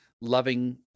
loving